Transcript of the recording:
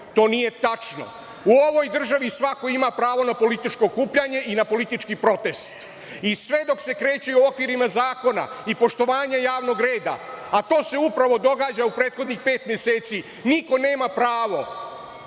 To nije tačno. U ovoj državi svako ima pravo na političko okupljanje i na politički protest. I, sve dok se kreću u okvirima zakona i poštovanja javnog reda, a to se upravo događa u prethodnih pet meseci, niko nema pravo